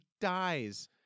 dies